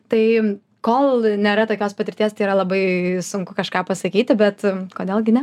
tai kol nėra tokios patirties tai yra labai sunku kažką pasakyti bet kodėl gi ne